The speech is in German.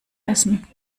essen